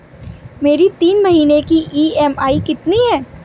मेरी तीन महीने की ईएमआई कितनी है?